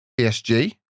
psg